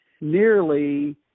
nearly